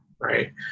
right